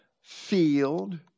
field